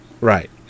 Right